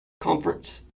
Conference